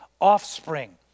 offspring